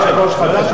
אתה יושב-ראש חדש,